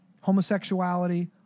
homosexuality